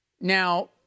Now